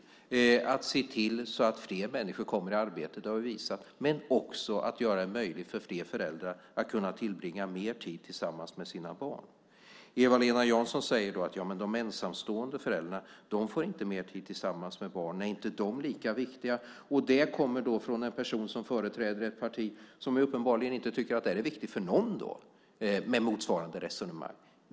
Det handlar om att se till att fler människor kommer i arbete - det har vi visat - men också om att göra det möjligt för fler föräldrar att tillbringa mer tid tillsammans med sina barn. Eva-Lena Jansson säger då: Ja, men de ensamstående föräldrarna får inte mer tid tillsammans med barnen. Är inte de lika viktiga? Detta kommer då från en person som företräder ett parti som uppenbarligen inte tycker att det här är viktigt för någon, med motsvarande resonemang.